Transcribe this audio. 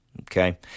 Okay